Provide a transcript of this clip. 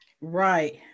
Right